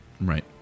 Right